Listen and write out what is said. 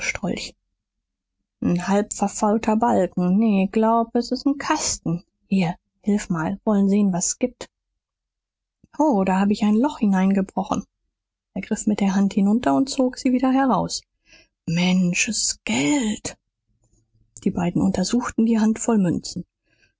n halb verfaulter balken nee glaub s ist n kasten hier hilf mal wollen sehn was es gibt ho da hab ich n loch hineingebrochen er griff mit der hand hinunter und zog sie wieder heraus mensch s ist geld die beiden untersuchten die handvoll münzen